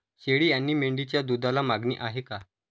शेळी आणि मेंढीच्या दूधाला मागणी आहे का?